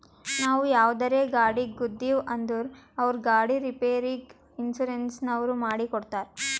ನಾವು ಯಾವುದರೇ ಗಾಡಿಗ್ ಗುದ್ದಿವ್ ಅಂದುರ್ ಅವ್ರ ಗಾಡಿದ್ ರಿಪೇರಿಗ್ ಇನ್ಸೂರೆನ್ಸನವ್ರು ಮಾಡಿ ಕೊಡ್ತಾರ್